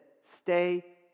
stay